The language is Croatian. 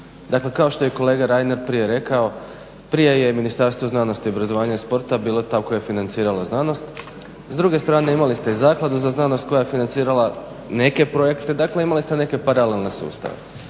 Dakle, kao što je i kolega Reiner prije rekao, prije je Ministarstvo znanosti, obrazovanja i sporta bilo to koje je financiralo znanost, s druge strane imali ste Zakladu za znanost koja je financirala neke projekte, dakle imali ste neke paralelne sustave.